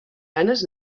ganes